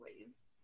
ways